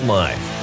life